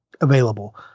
available